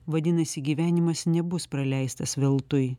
vadinasi gyvenimas nebus praleistas veltui